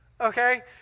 Okay